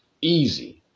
easy